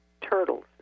turtles